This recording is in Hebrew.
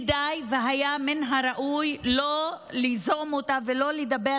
כדאי והיה מן הראוי לא ליזום אותה ולא לדבר